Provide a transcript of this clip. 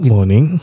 Morning